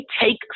take